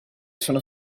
sono